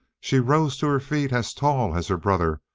she rose to her feet, as tall as her brother,